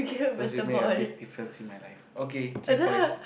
so she make a big difference in my life okay three point